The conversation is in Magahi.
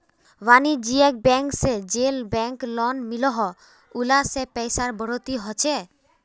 वानिज्ज्यिक बैंक से जेल बैंक लोन मिलोह उला से पैसार बढ़ोतरी होछे